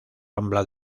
rambla